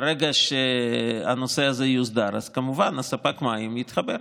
ברגע שהנושא הזה יוסדר אז כמובן ספק המים יתחבר,